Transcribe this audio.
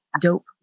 dope